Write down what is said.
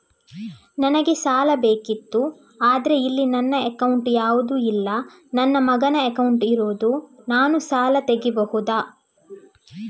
ನನಗೆ ಸಾಲ ಬೇಕಿತ್ತು ಆದ್ರೆ ಇಲ್ಲಿ ನನ್ನ ಅಕೌಂಟ್ ಯಾವುದು ಇಲ್ಲ, ನನ್ನ ಮಗನ ಅಕೌಂಟ್ ಇರುದು, ನಾನು ಸಾಲ ತೆಗಿಬಹುದಾ?